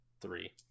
three